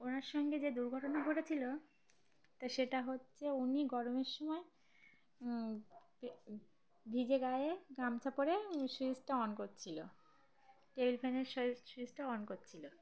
ওনার সঙ্গে যে দুর্ঘটনা ঘটেছিলো তাো সেটা হচ্ছে উনি গরমের সময় ভিজে গায়ে গামছা পরে সুইচটা অন করছিলো টেবিল ফ্যানেরই সুইচটা অন করছিলো